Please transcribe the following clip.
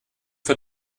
für